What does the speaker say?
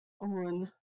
on